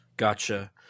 Gotcha